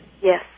Yes